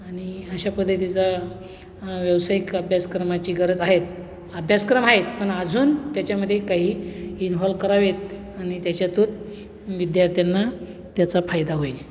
आणि अशा पद्धतीचा आणि व्यावसायिक अभ्यासक्रमाची गरज आहेत अभ्यासक्रम आहेत पण अजून त्याच्यामध्ये काही इनव्हॉलव करावेत आणि त्याच्यातूत विद्यार्थ्यांना त्याचा फायदा होईल